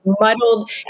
muddled